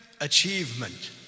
achievement